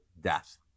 death